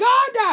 God